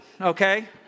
okay